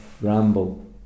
Ramble